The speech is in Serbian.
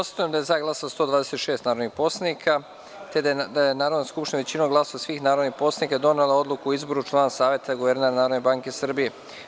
Konstatujem da je za glasalo 126 narodnih poslanika i da je Narodna skupština većinom glasova svih narodnih poslanika donela odluku o izboru člana Saveta guvernera Narodne banke Srbije.